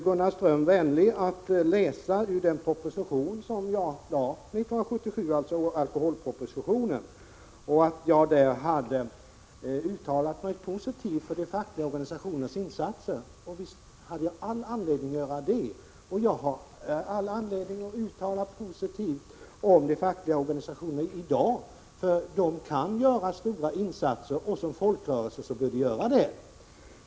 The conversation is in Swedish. Gunnar Ström var vänlig nog att läsa ur den alkoholproposition som jag lade fram 1977. Han sade att jag i denna hade uttalat mig positivt om de fackliga organisationernas insatser. Och visst hade jag all anledning att göra det. Jag har även i dag all anledning att uttala mig positivt om de fackliga organisationernas insatser. De kan göra stora insatser, och som folkrörelse bör de göra det.